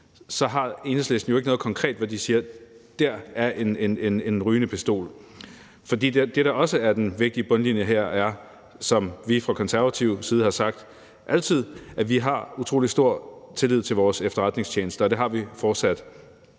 har Enhedslisten ikke noget konkret, hvor de kan pege på, at der er en rygende pistol. Det, der også er den vigtige bundlinje her, er – som vi fra Konservatives side altid har sagt – at vi har utrolig stor tillid til vores efterretningstjenester, og det har vi fortsat.